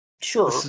Sure